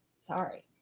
Sorry